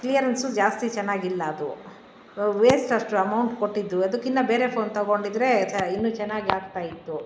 clearance ಜಾಸ್ತಿ ಚೆನ್ನಾಗಿಲ್ಲ ಅದು ವೇಸ್ಟ್ ಅಷ್ಟ್ರ ಅಮೌಂಟ್ ಕೊಟ್ಟಿದ್ದು ಅದಕ್ಕಿನ್ನ ಬೇರೆ ಫೋನ್ ತೊಗೊಂಡಿದ್ದರೆ ಚ ಇನ್ನು ಚೆನ್ನಾಗಿ ಆಗ್ತಾಯಿತ್ತು